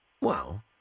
Wow